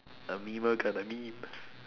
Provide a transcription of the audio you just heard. a memer gonna meme